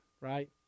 right